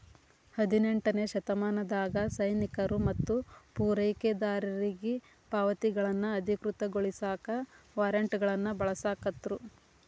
ಹದಿನೆಂಟನೇ ಶತಮಾನದಾಗ ಸೈನಿಕರು ಮತ್ತ ಪೂರೈಕೆದಾರರಿಗಿ ಪಾವತಿಗಳನ್ನ ಅಧಿಕೃತಗೊಳಸಾಕ ವಾರ್ರೆಂಟ್ಗಳನ್ನ ಬಳಸಾಕತ್ರು